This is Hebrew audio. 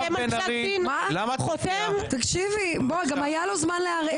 גם היה לו זמן לערער.